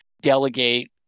delegate